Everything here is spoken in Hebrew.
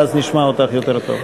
ואז נשמע אותך יותר טוב.